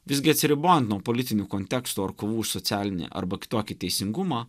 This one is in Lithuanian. visgi atsiribojant nuo politinių kontekstų ar kovų už socialinį arba kitokį teisingumą